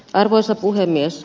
arvoisa puhemies